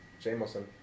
Jameson